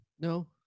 No